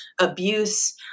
abuse